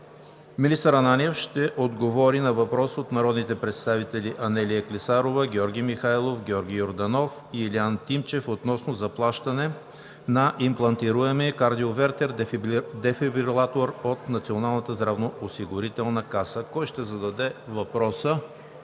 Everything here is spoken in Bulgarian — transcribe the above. Министър Ананиев ще отговори на въпрос от народните представители Анелия Клисарова, Георги Михайлов, Георги Йорданов и Илиян Тимчев относно заплащане на имплантируем кардиовертер дефибрилатор от Националната здравноосигурителна каса. Имате думата,